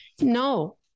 No